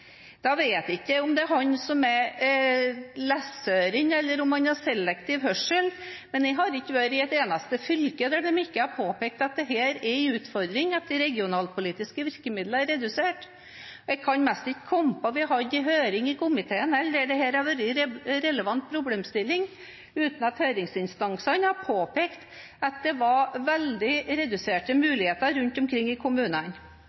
vet jeg ikke om det er han som er «læssørin’», eller om han har selektiv hørsel, men jeg har ikke vært i et eneste fylke der de ikke har påpekt at det er en utfordring at de regionalpolitiske virkemidlene er redusert. Jeg kan nesten ikke komme på at vi har hatt en høring i komiteen heller der dette har vært en relevant problemstilling, uten at høringsinstansene har påpekt at det var veldig reduserte muligheter rundt omkring i kommunene.